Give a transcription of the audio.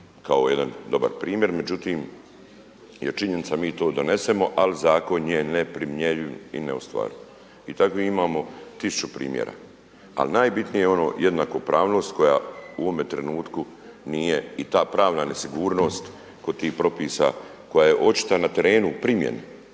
kao jedan dobar primjer. Međutim je činjenica mi to donesemo, ali zakon je neprimjenjiv i neostvariv i takvih imamo tisuću primjera. Ali najbitnije je ono jednakopravnost koja u ovome trenutku i ta pravna nesigurnost kod tih propisa koja je očita na terenu u primjeni.